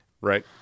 right